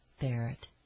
Barrett